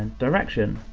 and direction.